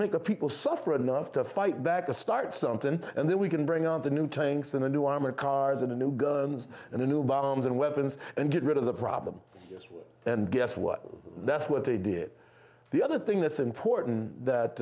the people suffer enough to fight back to start something and then we can bring on the new tanks the new armored cars and a new guns and the new bombs and weapons and get rid of the problem and guess what that's what they did the other thing that's important that